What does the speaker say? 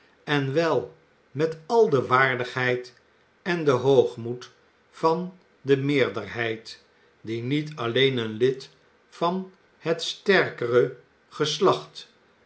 en wel met al de waardigheid en den hoogmoed van de meerderheid die niet alleen een lid van het sterkere geslacht